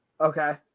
Okay